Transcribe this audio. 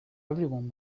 everyone